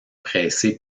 pressé